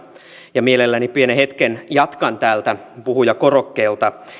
ja mielelläni pienen hetken jatkan täältä puhujakorokkeelta